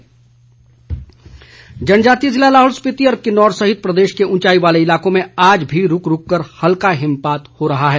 मौसम जनजातीय जिले लाहौल स्पीति व किन्नौर सहित प्रदेश के उंचाई वाले इलाकों में आज भी रूक रूक कर हल्का हिमपात हो रहा है